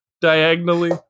diagonally